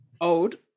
Old